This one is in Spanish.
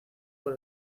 por